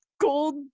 gold